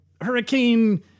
hurricane